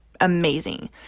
amazing